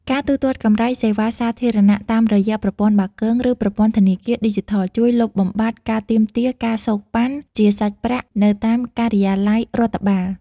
ការទូទាត់កម្រៃសេវាសាធារណៈតាមរយៈ ប្រព័ន្ធបាគង ឬប្រព័ន្ធធនាគារឌីជីថល ជួយលុបបំបាត់ការទាមទារ ការសូកប៉ាន់ ជាសាច់ប្រាក់នៅតាមការិយាល័យរដ្ឋបាល។